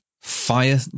fire